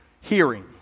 Hearing